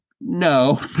No